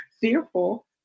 fearful